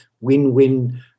win-win